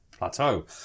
plateau